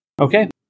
Okay